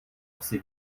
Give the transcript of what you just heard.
asi